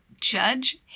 Judge